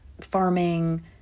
farming